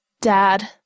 Dad